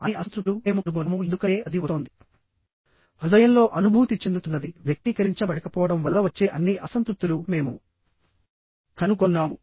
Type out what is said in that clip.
అన్ని అసంతృప్తులు మేము కనుగొన్నాము ఎందుకంటే అది వస్తోంది హృదయంలో అనుభూతి చెందుతున్నది వ్యక్తీకరించబడకపోవడం వల్ల వచ్చే అన్ని అసంతృప్తులు మేము కనుగొన్నాము